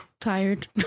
tired